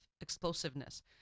explosiveness